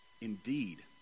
indeed